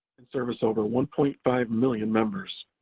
and service over one point five million members.